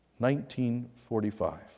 1945